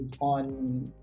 on